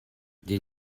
the